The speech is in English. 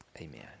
Amen